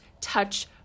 touch